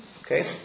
Okay